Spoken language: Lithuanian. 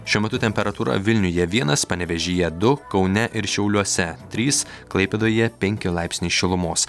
šiuo metu temperatūra vilniuje vienas panevėžyje du kaune ir šiauliuose trys klaipėdoje penki laipsniai šilumos